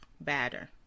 batter